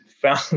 found